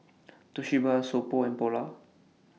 Toshiba So Pho and Polar